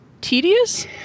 tedious